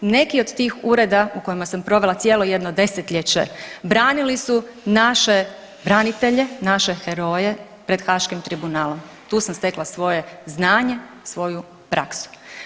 Neki od tih ureda u kojima sam provela cijelo jedno desetljeće branili su naše branitelje, naše heroje pred Haškim tribunalom, tu sam stekla svoje znanje, svoju praksu.